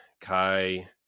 Kai